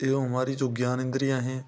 एवम हमारी जो ज्ञानेंद्रियाँ हैं